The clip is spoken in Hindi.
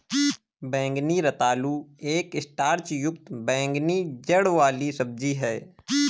बैंगनी रतालू एक स्टार्च युक्त बैंगनी जड़ वाली सब्जी है